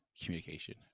communication